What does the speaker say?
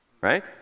right